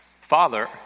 father